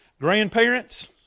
grandparents